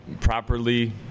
properly